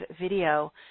video